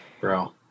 bro